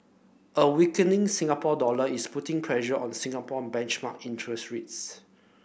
a weakening Singapore dollar is putting pressure on Singapore benchmark interest rates